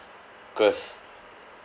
cause